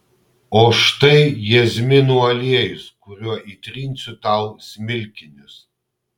o štai jazminų aliejus kuriuo įtrinsiu tau smilkinius